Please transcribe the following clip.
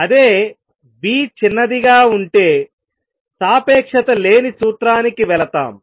అదే v చిన్నదిగా ఉంటే సాపేక్షత లేని సూత్రానికి వెళతాం